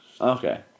Okay